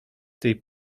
tej